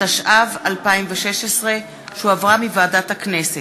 התשע"ו 2016, שהחזירה ועדת הכנסת,